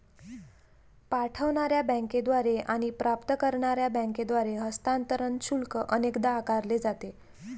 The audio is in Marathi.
पाठवणार्या बँकेद्वारे आणि प्राप्त करणार्या बँकेद्वारे हस्तांतरण शुल्क अनेकदा आकारले जाते